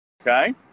Okay